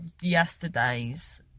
yesterday's